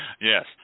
Yes